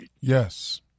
yes